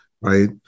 right